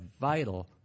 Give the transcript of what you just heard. vital